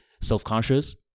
self-conscious